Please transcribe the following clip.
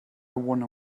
wonder